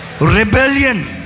rebellion